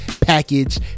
package